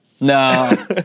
No